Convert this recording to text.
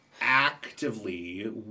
actively